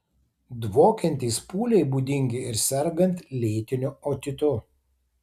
dvokiantys pūliai būdingi ir sergant lėtiniu otitu